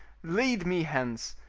lead me hence!